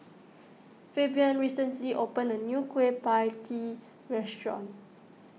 Fabian recently opened a new Kueh Pie Tee restaurant